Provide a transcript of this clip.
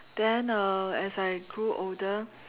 then uh as I grew older